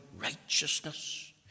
righteousness